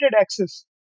access